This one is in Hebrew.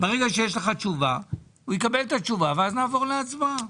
כאשר תהיה לך תשובה הוא יקבל את התשובה ואז נעבור להצבעה.